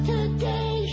Today